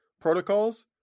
protocols